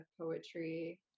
poetry